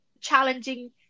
challenging